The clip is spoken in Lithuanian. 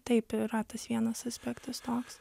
taip yra tas vienas aspektas toks